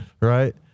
right